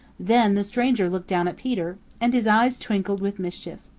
then the stranger looked down at peter, and his eyes twinkled with mischief.